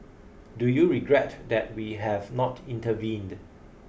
do you regret that we have not intervened